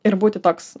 ir būti toks